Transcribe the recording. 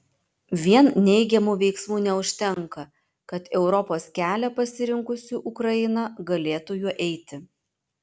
vien neigiamų veiksmų neužtenka kad europos kelią pasirinkusi ukraina galėtų juo eiti